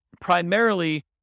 primarily